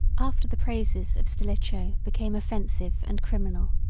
after the praises of stilicho became offensive and criminal,